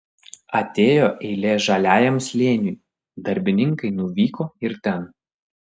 atėjo eilė žaliajam slėniui darbininkai nuvyko ir ten